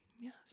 yes